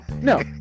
No